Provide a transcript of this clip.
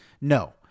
No